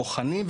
בוחנים,